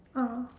oh